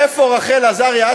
איפה רחל עזריה?